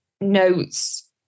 notes